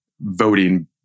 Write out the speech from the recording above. voting